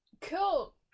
Cool